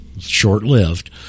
short-lived